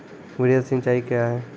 वृहद सिंचाई कया हैं?